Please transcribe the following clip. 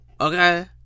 Okay